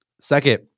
second